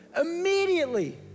immediately